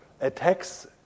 attacks